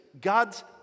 God's